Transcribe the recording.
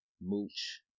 mooch